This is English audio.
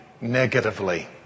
negatively